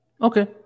Okay